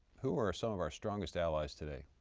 who are some of our strongest allies today?